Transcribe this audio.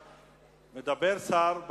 מדבר שר בכיר,